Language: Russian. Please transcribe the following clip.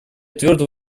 твердо